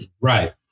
right